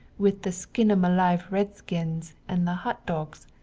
with the skin'em alive red-skins and the hot dogs!